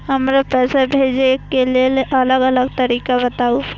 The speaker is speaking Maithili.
हमरा पैसा भेजै के लेल अलग अलग तरीका बताबु?